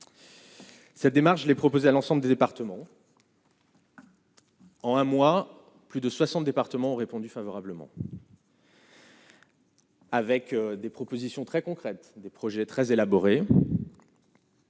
Cette démarche les proposer à l'ensemble des départements. En un mois, plus de 60 départements ont répondu favorablement. Avec des propositions très concrètes des projets très élaboré,